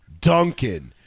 Duncan